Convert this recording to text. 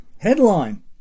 Headline